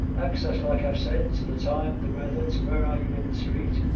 access, like i've said, to the time, the weather, to where are you in the street.